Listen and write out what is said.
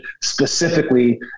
specifically